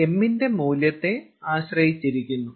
അത് m ന്റെ മൂല്യത്തെ ആശ്രയിച്ചിരിക്കുന്നു